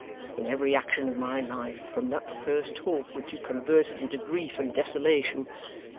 in every action of my life, from that first hope which you converted into grief and desolation,